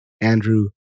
Andrew